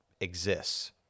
exists